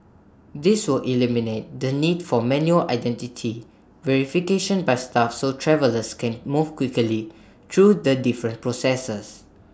this will eliminate the need for manual identity verification by staff so travellers can move quickly through the different processors